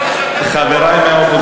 להערכתי,